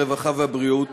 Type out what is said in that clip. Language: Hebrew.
הרווחה והבריאות